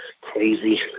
crazy